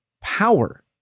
power